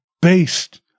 based